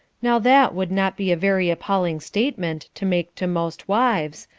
now that would not be a very appalling statement to make to most wives,